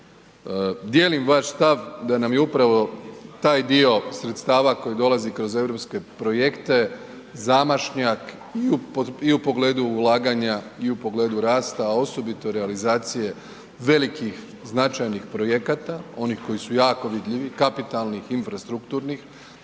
Dijelim vaš stav da nam je upravo taj dio sredstava koji dolazi kroz eu projekte zamašnjak i u pogledu ulaganja i u pogledu rasta a osobito realizacije velikih značajnih projekata, onih koji su jako vidljivi, kapitalnih, infrastrukturnih,